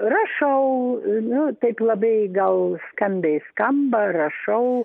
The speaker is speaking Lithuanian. rašau nu taip labai gal skambiai skamba rašau